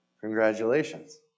Congratulations